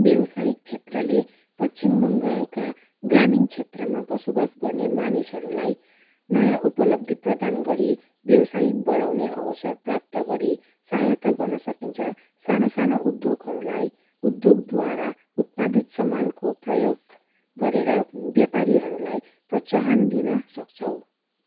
व्यावसायिक क्षेत्रले पश्चिम बङ्गालका ग्रामीण क्षेत्रमा बसोबास गर्ने मानिसहरूलाई नयाँ उपलब्धि प्रदान गरी व्यावसायिक बढाउने अवसर प्राप्त गरी सहायता गर्न सकिन्छ सानो सानो उद्योगहरूलाई उद्योगद्वारा उत्पादित सामानको प्रयोग गरेर व्यापारीहरूलाई प्रोत्साहन दिनसक्छौँ